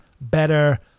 better